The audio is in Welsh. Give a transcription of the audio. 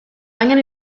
angen